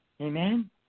Amen